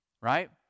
right